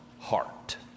heart